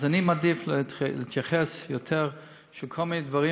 אז אני מעדיף להתייחס יותר לכל מיני דברים